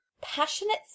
passionate